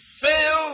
fail